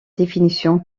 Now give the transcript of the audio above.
définition